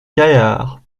gaillard